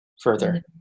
further